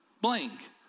blank